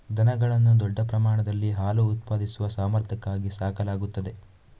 ದನಗಳನ್ನು ದೊಡ್ಡ ಪ್ರಮಾಣದಲ್ಲಿ ಹಾಲು ಉತ್ಪಾದಿಸುವ ಸಾಮರ್ಥ್ಯಕ್ಕಾಗಿ ಸಾಕಲಾಗುತ್ತದೆ